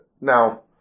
Now